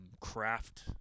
craft